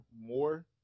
more